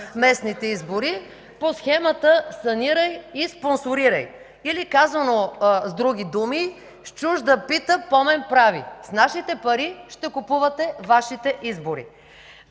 местните избори по схемата: „Санирай и спонсорирай”, или казано с други думи: „С чужда пита помен прави”. С нашите пари ще купувате Вашите избори.